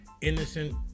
innocent